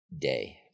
day